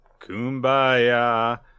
Kumbaya